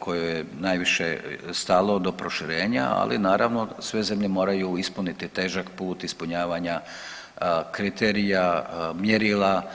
kojoj je najviše stalo do proširenja, ali naravno sve zemlje moraju ispuniti težak put ispunjavanja kriterija i mjerila.